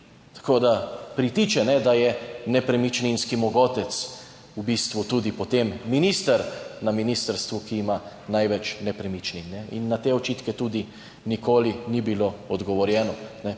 Tako da pritiče, da je nepremičninski mogotec v bistvu tudi potem minister na ministrstvu, ki ima največ nepremičnin in na te očitke tudi nikoli ni bilo odgovorjeno.